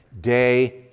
day